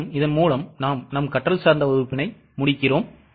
மேலும் இதன் மூலம் நாம் நம் கற்றல்சார்ந்த வகுப்பினை முடிப்போம்